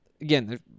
Again